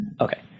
Okay